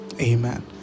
Amen